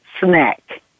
snack